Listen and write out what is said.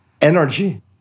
energy